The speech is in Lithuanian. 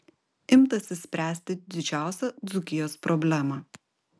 imtasi spręsti didžiausią dzūkijos problemą